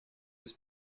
his